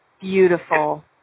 Beautiful